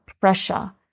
pressure